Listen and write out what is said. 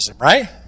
right